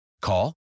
Call